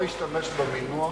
לא ישתמש במינוח